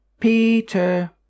Peter